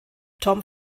tom